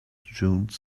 june